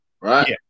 right